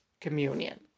communion